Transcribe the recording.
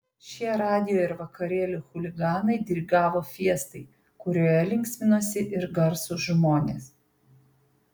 šie radijo ir vakarėlių chuliganai dirigavo fiestai kurioje linksminosi ir garsūs žmonės